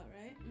right